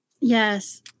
Yes